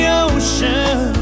ocean